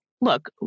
Look